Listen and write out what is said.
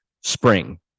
spring